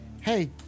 Hey